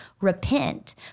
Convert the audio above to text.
repent